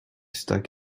stuck